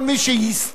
כל מי שיסתנן,